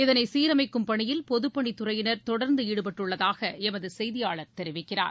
இதனைசீரமைக்கும் பணியில் பொதப்பணித்துறையினர் தொடர்ந்துஈடுபட்டுள்ளதாகஎமதுசெய்தியாளர் தெரிவிக்கிறார்